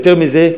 יותר מזה,